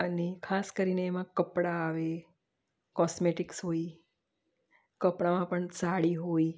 અને ખાસ કરીને એમાં કપડાં આવે કોસ્મેટિક્સ હોય કપડામાં પણ સાડી હોય